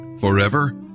Forever